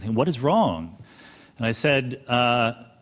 what is wrong? and i said, ah